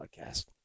podcast